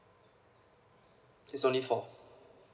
it's only four